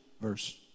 verse